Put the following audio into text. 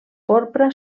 porpra